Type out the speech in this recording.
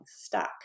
stuck